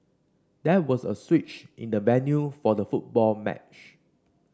there was a switch in the venue for the football match